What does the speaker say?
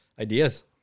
ideas